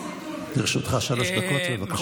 לרשותך שלוש דקות, בבקשה.